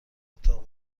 اتاق